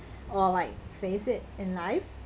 or like face it in life